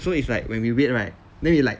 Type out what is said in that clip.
so it's like when we wait right then we like